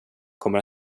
kommer